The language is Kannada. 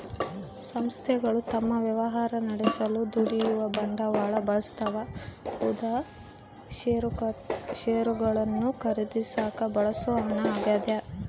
ಸಂಸ್ಥೆಗಳು ತಮ್ಮ ವ್ಯವಹಾರ ನಡೆಸಲು ದುಡಿಯುವ ಬಂಡವಾಳ ಬಳಸ್ತವ ಉದಾ ಷೇರುಗಳನ್ನು ಖರೀದಿಸಾಕ ಬಳಸೋ ಹಣ ಆಗ್ಯದ